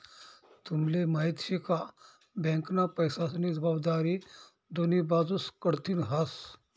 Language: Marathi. तुम्हले माहिती शे का? बँकना पैसास्नी जबाबदारी दोन्ही बाजूस कडथीन हास